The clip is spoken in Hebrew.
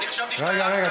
אני חשבתי שאתה, רגע, רגע.